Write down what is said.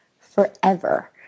forever